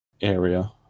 area